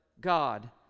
God